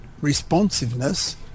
responsiveness